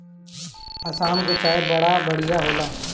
आसाम के चाय बड़ा बढ़िया होला